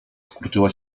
skurczyła